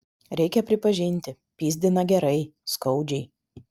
reikia pripažinti pyzdina gerai skaudžiai